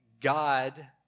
God